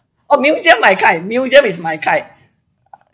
oh museum my kind museum is my kind